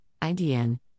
IDN